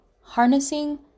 harnessing